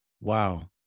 Wow